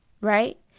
Right